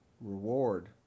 reward